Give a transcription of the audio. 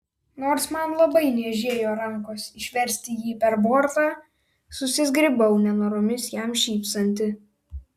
nors man labai niežėjo rankos išversti jį per bortą susizgribau nenoromis jam šypsanti